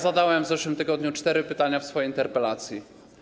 Zadałem w zeszłym tygodniu cztery pytania w swojej interpelacji.